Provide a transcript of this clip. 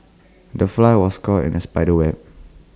the fly was caught in the spider's web